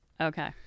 Okay